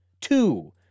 Two